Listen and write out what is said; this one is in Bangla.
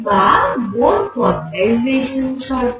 বা বোর কোয়ান্টাইজেশান শর্ত